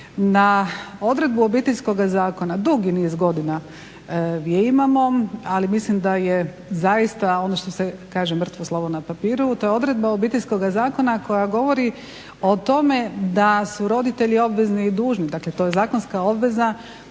na odredbu Obiteljskoga zakona dugi niz godina je imamo, ali mislim da je zaista ono što se kaže mrtvo slovo na papiru, to je odredba Obiteljskoga zakona koja govori o tome da su roditelji obvezni i dužni, dakle to je zakonska obveza,